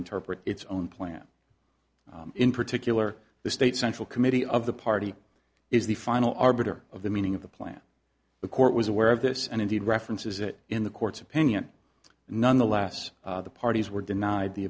interpret its own plan in particular the state central committee of the party is the final arbiter of the meaning of the plan the court was aware of this and indeed references it in the court's opinion nonetheless the parties were denied the